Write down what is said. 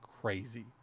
crazy